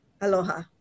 Aloha